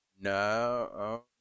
No